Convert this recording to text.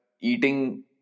eating